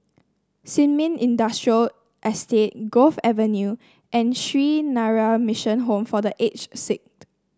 Sin Ming Industrial Estate Grove Avenue and Sree Narayana Mission Home for The Aged Sick